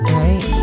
right